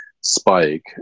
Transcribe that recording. Spike